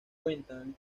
cuentan